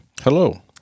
Hello